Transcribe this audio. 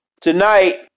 Tonight